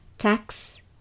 tax